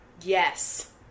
Yes